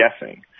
guessing